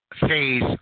phase